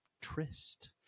tryst